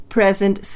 Present